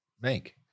make